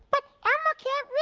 but elmo can't